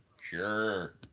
Sure